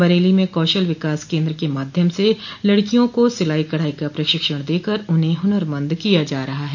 बरेली में कौशल विकास केन्द्र के माध्यम से लड़कियों को सिलाई कढ़ाई का प्रशिक्षण देकर उन्हें हुनरमंद किया जा रहा है